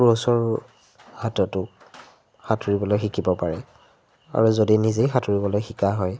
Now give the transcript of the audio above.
ক্ৰছৰ হাততো সাঁতুৰিবলৈ শিকিব পাৰে আৰু যদি নিজেই সাঁতুৰিবলৈ শিকা হয়